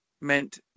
meant